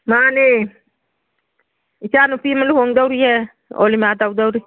ꯃꯥꯅꯤ ꯏꯆꯥꯅꯨꯄꯤ ꯑꯃ ꯂꯨꯍꯣꯡꯗꯧꯔꯤꯌꯦ ꯑꯣꯂꯤꯃꯥ ꯇꯧꯗꯧꯔꯤ